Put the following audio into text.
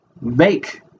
make